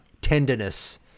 tenderness